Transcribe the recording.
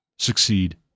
succeed